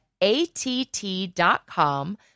ATT.com